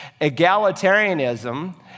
Egalitarianism